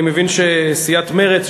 אני מבין שסיעת מרצ,